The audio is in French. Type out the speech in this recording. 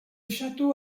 château